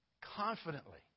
confidently